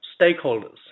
stakeholders